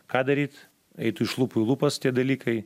ką daryt eitų iš lūpų į lūpas tie dalykai